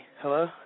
Hello